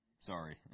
Sorry